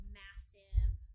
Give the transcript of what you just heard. massive